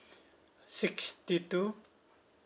sixty two